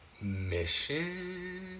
mission